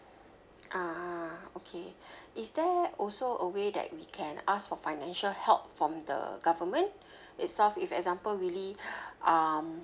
ah okay is there also a way that we can ask for financial help from the government itself if example really um